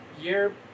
year